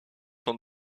sont